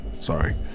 sorry